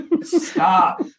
Stop